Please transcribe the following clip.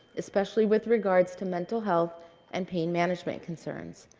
especially with regards to mental health and pain management concerns.